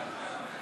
48,